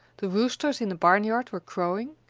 the roosters in the barnyard were crowing,